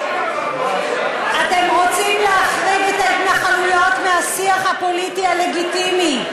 אתם רוצים להחריג את ההתנחלויות מהשיח הפוליטי הלגיטימי.